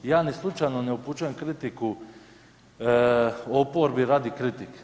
Ja ni slučajno ne upućujem kritiku oporbi radi kritike.